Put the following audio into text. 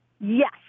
Yes